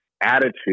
attitude